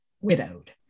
widowed